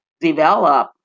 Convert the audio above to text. develop